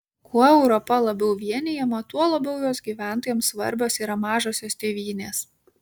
kuo europa labiau vienijama tuo labiau jos gyventojams svarbios yra mažosios tėvynės